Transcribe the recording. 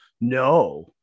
no